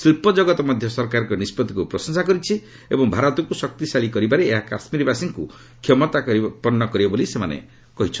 ଶିଳ୍ପ ଜଗତ ମଧ୍ୟ ସରକାରଙ୍କ ନିଷ୍ପଭିକୁ ପ୍ରଶଂସା କରିଛନ୍ତି ଏବଂ ଭାରତକୁ ଶକ୍ତିଶାଳୀ କରିବାରେ ଏହା କାଶ୍ମୀରବାସୀଙ୍କୁ କ୍ଷମତାପନ୍ନ କରିବ ବୋଲି ସେମାନେ କହିଛନ୍ତି